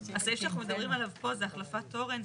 שאנחנו מדברים עליו פה זה החלפת תורן,